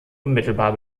unmittelbar